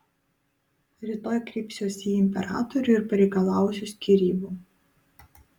rytoj kreipsiuosi į imperatorių ir pareikalausiu skyrybų